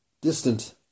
distant